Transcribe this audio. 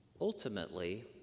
Ultimately